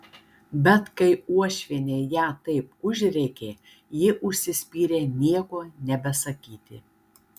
bet kai uošvienė ją taip užrėkė ji užsispyrė nieko nebesakyti